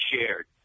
shared